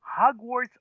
hogwarts